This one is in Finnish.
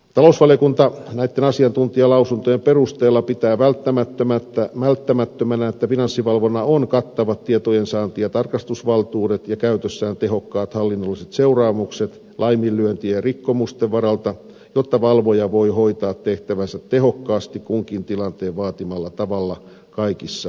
talousvaliokunta näitten asiantuntijalausuntojen perusteella pitää välttämättömänä että finanssivalvonnalla on kattavat tietojensaanti ja tarkastusvaltuudet ja käytössään tehokkaat hallinnolliset seuraamukset laiminlyöntien ja rikkomusten varalta jotta valvoja voi hoitaa tehtävänsä tehokkaasti kunkin tilanteen vaatimalla tavalla kaikissa oloissa